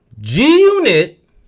G-Unit